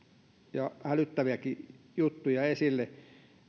ja hälyttäviäkin juttuja esille